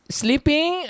sleeping